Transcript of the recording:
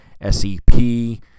SEP